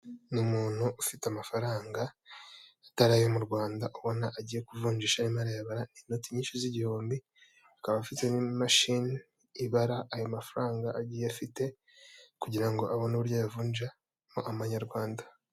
Ni umuntu ufite amafaranga atarayo mu Rwanda ubona agiye kuvunjisha arimo arayabara afite inoti nyinshi z'igihumbi, akaba afite n'imashini ibara ayo mafaranga agiye afite kugira abone uburyo yavunjamo amanyarwanda.